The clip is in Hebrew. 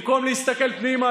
במקום להסתכל פנימה,